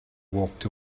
walked